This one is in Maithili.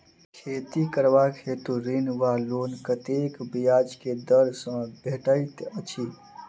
खेती करबाक हेतु ऋण वा लोन कतेक ब्याज केँ दर सँ भेटैत अछि?